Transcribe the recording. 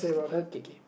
okay K